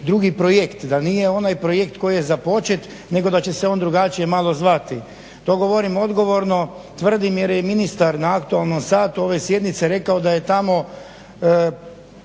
drugi projekt, da nije onaj projekt koji je započet, nego da će se on drugačije malo zvati. To govorim odgovorno, tvrdim jer je i ministar na aktualnom satu ove sjednice rekao da je tamo